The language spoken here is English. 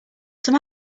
some